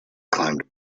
climbed